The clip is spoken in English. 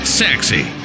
sexy